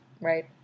Right